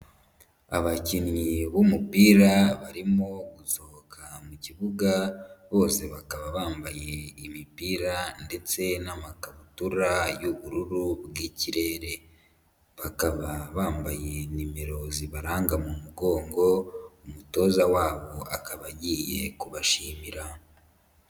Abakinnyi b'umupira barimo gusohoka mu kibuga, bose bakaba bambaye imipira ndetse n'amakabutura y'ubururu bw'ikirere. Bakaba bambaye nimero zibaranga mu mugongo, umutoza wabo akaba agiye kubashimira.